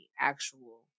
actual